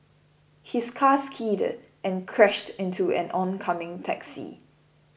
his car skidded and crashed into an oncoming taxi